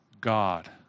God